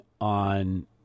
on